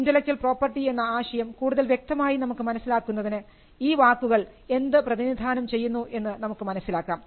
Intellectual property എന്ന ആശയം കൂടുതൽ വ്യക്തമായി നമുക്ക് മനസ്സിലാക്കുന്നതിന് ഈ വാക്കുകൾ എന്ത് പ്രതിനിധാനം ചെയ്യുന്നു എന്ന് നമുക്ക് മനസ്സിലാക്കാം